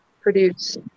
produce